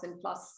plus